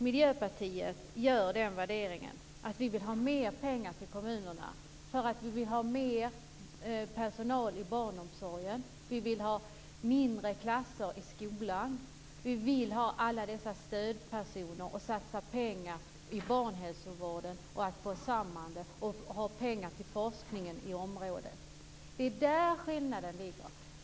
Miljöpartiet vill alltså ha mer pengar till kommunerna, därför att vi vill ha mer personal i barnomsorgen och mindre klasser i skolan, och vi vill ha alla dessa stödpersoner och vi vill satsa pengar på barnhälsovården och på forskning på området. Det är där skillnaden ligger.